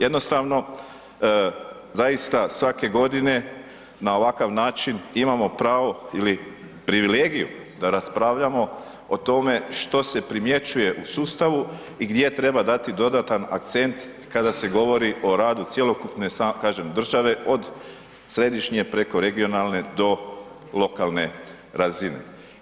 Jednostavno, zaista svake godine na ovakav način imamo pravo ili privilegiju da raspravljamo o tome što se primjećuje u sustavu i gdje treba dati dodatan akcent kada se govori o radu cjelokupne, kažem države od središnje preko regionalne do lokalne razine.